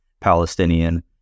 Palestinian